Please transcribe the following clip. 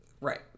Right